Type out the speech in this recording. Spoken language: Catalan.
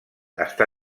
està